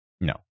no